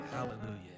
Hallelujah